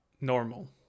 normal